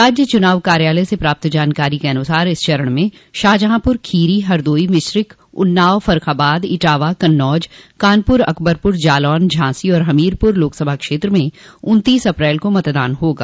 राज्य चुनाव कार्यालय से प्राप्त जानकारी के अनुसार इस चरण में शाजहांपुर खीरी हरदोई मिश्रिख उन्नाव फर्रूखाबाद इटावा कन्नौज कानपुर अकबरपुर जालौन झांसी और हमीरपुर लोकसभा क्षेत्र में उन्तीस अप्रैल को मतदान होगा